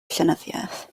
llenyddiaeth